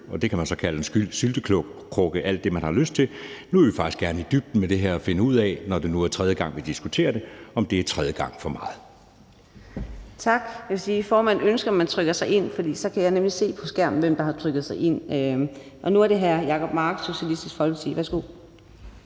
og det kan man så kalde en syltekrukke alt det, man har lyst til – nu vil vi faktisk gerne i dybden med det her og finde ud af, når det nu er tredje gang, vi diskuterer det, om det er tredje gang for meget. Kl. 16:09 Fjerde næstformand (Karina Adsbøl): Tak. Som formand ønsker jeg, at man trykker sig ind, for så kan jeg nemlig se på skærmen, hvem der ønsker en kort bemærkning. Nu er det hr. Jacob Mark, Socialistisk Folkeparti. Værsgo.